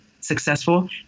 successful